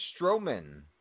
Strowman